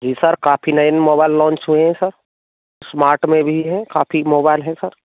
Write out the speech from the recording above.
जी sir काफी नए mobile launch हुए हैं सर स्मार्ट में भी हैं काफी मोबाइल हैं सर